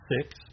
six